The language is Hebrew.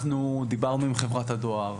אנחנו דיברנו עם חברת הדואר.